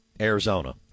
Arizona